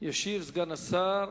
סגן השר,